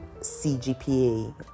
cgpa